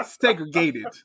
Segregated